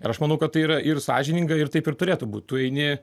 ir aš manau kad tai yra ir sąžininga ir taip ir turėtų būti tu eini